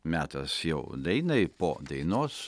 metas jau dainai po dainos